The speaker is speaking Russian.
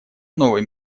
новый